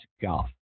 Golf